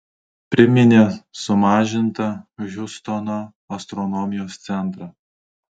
priminė sumažintą hjustono astronomijos centrą